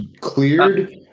cleared